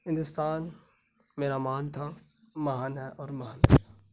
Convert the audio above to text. ہندوستان میرا مہان تھا مہان ہے اور مہان رہے گا